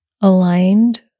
aligned